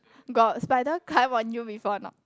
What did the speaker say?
got spider climb on you before or not